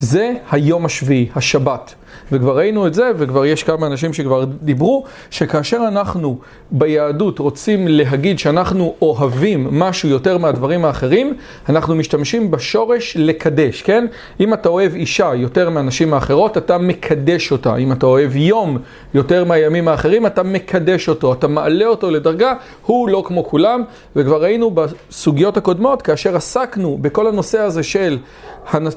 זה היום השביעי, השבת. וכבר ראינו את זה, וכבר יש כמה אנשים שכבר דיברו, שכאשר אנחנו ביהדות רוצים להגיד שאנחנו אוהבים משהו יותר מהדברים האחרים, אנחנו משתמשים בשורש לקדש, כן? אם אתה אוהב אישה יותר מאנשים האחרות, אתה מקדש אותה. אם אתה אוהב יום יותר מהימים האחרים, אתה מקדש אותו, אתה מעלה אותו לדרגה, הוא לא כמו כולם. וכבר ראינו בסוגיות הקודמות, כאשר עסקנו בכל הנושא הזה של הנ...